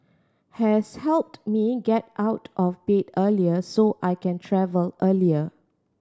has helped me get out of bed earlier so I can travel earlier